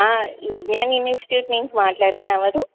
Vignan institute నుంచి మాట్లాడుతున్నాను ఎవరు